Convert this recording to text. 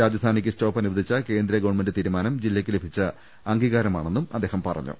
രാജധാനിക്ക് stop അനുവ ദിച്ച കേന്ദ്ര ഗവൺമെന്റ് തീരുമാനം ജില്ലയ്ക്ക് ലഭിച്ച അംഗീകാരമാ ണെന്നും അദ്ദേഹം പറഞ്ഞു